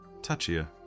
touchier